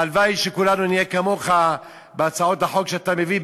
הלוואי שכולנו נהיה כמוך בהצעות החוק שאתה מביא,